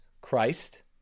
Christ